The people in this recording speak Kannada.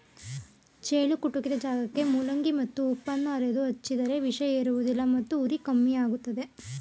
ಚೇಳು ಕುಟುಕಿದ ಜಾಗಕ್ಕೆ ಮೂಲಂಗಿ ಮತ್ತು ಉಪ್ಪನ್ನು ಅರೆದು ಹಚ್ಚಿದರೆ ವಿಷ ಏರುವುದಿಲ್ಲ ಮತ್ತು ಉರಿ ಕಮ್ಮಿಯಾಗ್ತದೆ